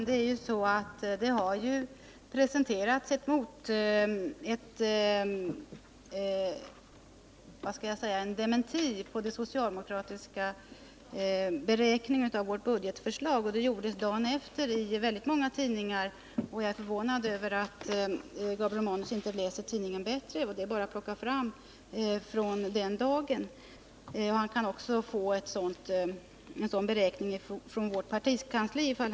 Herr talman! Det har ju kommit en dementi på den socialdemokratiska kostnadsberäkningen när det gäller vårt budgetförslag. I många tidningar presenterades den dementin redan dagen efter det att socialdemokraterna hade lagt fram sina siffror. Det förvånar mig att Gabriel Romanus inte läser tidningarna bättre. Om han vill, så kan han få en kostnadskalkyl från vårt partikansli.